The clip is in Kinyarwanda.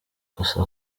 gusa